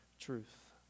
truth